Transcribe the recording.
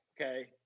okay